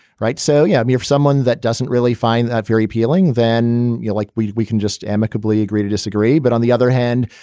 right. so yeah, me. if someone that doesn't really find that very appealing, then you like, we we can just amicably agree to disagree. but on the other hand,